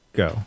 go